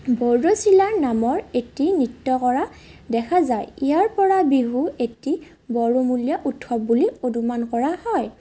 বৰদৈচিলা নামৰ এটি নৃত্য কৰা দেখা যায় ইয়াৰ পৰা বিহু এটি বড়োমূলীয় উৎসৱ বুলি অনুমান কৰা হয়